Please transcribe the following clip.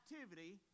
activity